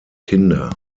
kinder